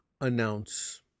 announce